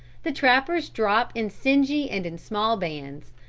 the trappers drop in singly and in small bands,